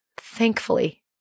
Thankfully